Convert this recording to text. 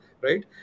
right